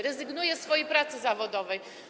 Rezygnuje ze swojej pracy zawodowej.